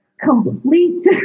complete